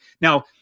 Now